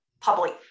public